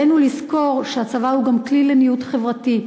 עלינו לזכור שהצבא הוא גם כלי לניוד חברתי,